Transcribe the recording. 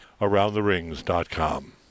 Aroundtherings.com